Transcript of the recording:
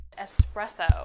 espresso